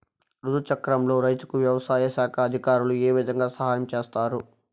రుతు చక్రంలో రైతుకు వ్యవసాయ శాఖ అధికారులు ఏ విధంగా సహాయం చేస్తారు?